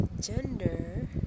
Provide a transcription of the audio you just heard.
gender